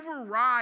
override